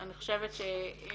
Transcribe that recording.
אני חושבת שבסוף